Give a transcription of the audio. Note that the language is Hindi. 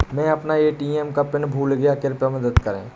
मै अपना ए.टी.एम का पिन भूल गया कृपया मदद करें